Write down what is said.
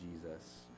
Jesus